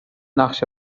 نقشه